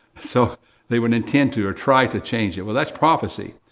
so they would intend to or try to change it. well, that's prophecy.